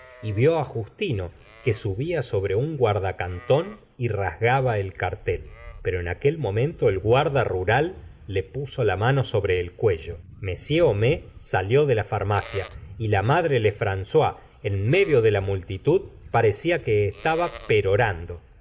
y vió á justino que subía sobre un guardacantón y rasgaba el cartel pero en aquel momento el guarda rural le puso la mano sobre el cuello j homais salió de la farmacia y la madre l efram ois en medio de la multitud parecía que estaba perorando